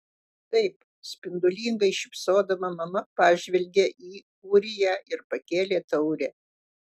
taip spindulingai šypsodama mama pažvelgė į ūriją ir pakėlė taurę